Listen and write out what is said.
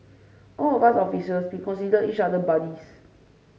all of us officers we consider each other buddies